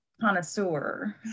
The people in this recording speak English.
connoisseur